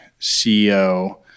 CEO